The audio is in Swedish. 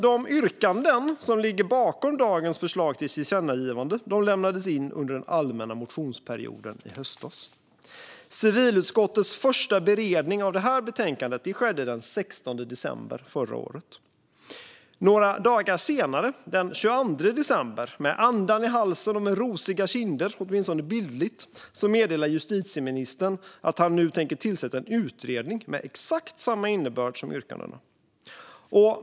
De yrkanden som ligger bakom dagens förslag till tillkännagivande lämnades in under den allmänna motionsperioden i höstas. Civilutskottets första beredning av betänkandet skedde den 16 december förra året. Några dagar senare, den 22 december, med andan i halsen och rosiga kinder - åtminstone bildligt - meddelar justitieministern att han nu tänker tillsätta en utredning med exakt samma innebörd som yrkandena.